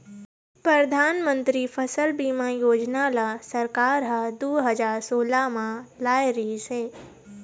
परधानमंतरी फसल बीमा योजना ल सरकार ह दू हजार सोला म लाए रिहिस हे